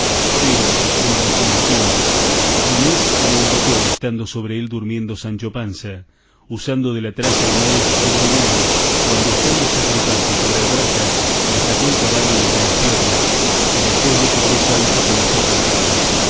pero en resolución ginés le hurtó estando sobre él durmiendo sancho panza usando de la traza y modo que usó brunelo cuando estando sacripante sobre albraca le sacó el caballo de entre las piernas y después le cobró sancho como se ha contado